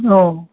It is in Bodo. औ